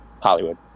Hollywood